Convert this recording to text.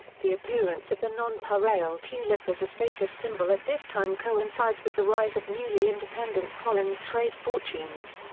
the appearance of the non pareil tulip as a status symbol at this time coincides with the rise of newly independent holland's trade fortunes.